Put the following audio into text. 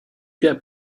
get